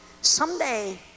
Someday